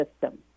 system